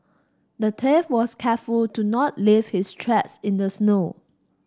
the thief was careful to not leave his tracks in the snow